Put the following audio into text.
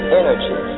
energy